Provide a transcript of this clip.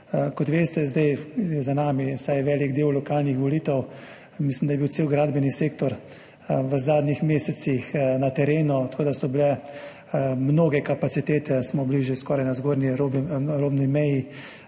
Kot veste, je za nami vsaj velik del lokalnih volitev. Mislim, da je bil cel gradbeni sektor v zadnjih mesecih na terenu, tako da so bile mnoge kapacitete – smo bili že skoraj na zgornji robni meji